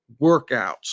workouts